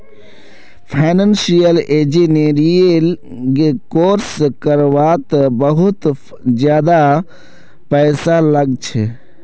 financial engineering course कर वात बहुत ज्यादा पैसा लाग छे